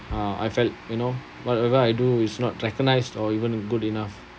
uh I felt you know whatever I do is not recognised or even good enough